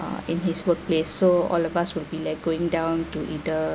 in his workplace so all of us will be like going down to either